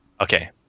Okay